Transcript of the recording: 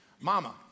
Mama